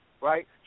right